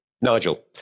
Nigel